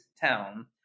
town